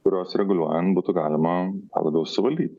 kuriuos reguliuojant būtų galima labiau suvaldyt